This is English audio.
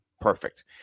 perfect